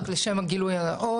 רק לשם הגילוי הנאות,